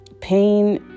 pain